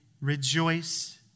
rejoice